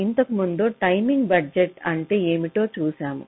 ఇంతకుముందు timing budget అంటే ఏమిటో చూశాము